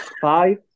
five